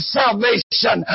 salvation